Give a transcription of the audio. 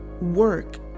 work